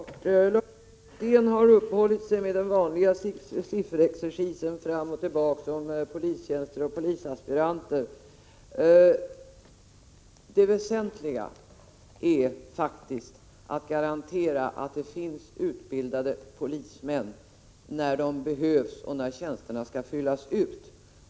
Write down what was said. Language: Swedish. Herr talman! Mycket kort: Lars-Erik Lövdén har uppehållit sig vid den vanliga sifferexercisen fram och tillbaka om polistjänster och polisaspiranter. Det väsentliga är faktiskt att garantera att det finns utbildade polismän när de behövs och när tjänsterna skall fyllas ut.